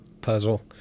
puzzle